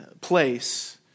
place